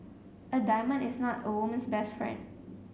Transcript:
a diamond is not a woman's best friend